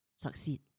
succeed